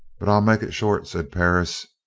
but i'll make it short, said perris.